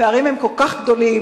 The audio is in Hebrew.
הפערים הם כל כך גדולים,